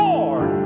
Lord